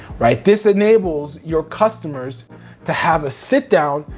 right? this enables your customers to have a sit down,